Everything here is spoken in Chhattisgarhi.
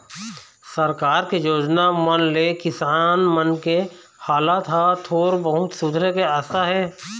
सरकार के योजना मन ले किसान मन के हालात ह थोर बहुत सुधरे के आसा हे